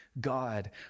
God